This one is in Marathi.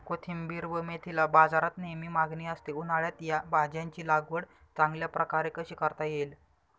कोथिंबिर व मेथीला बाजारात नेहमी मागणी असते, उन्हाळ्यात या भाज्यांची लागवड चांगल्या प्रकारे कशी करता येईल?